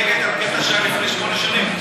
את מסתייגת על קטע שהיה לפני שמונה שנים.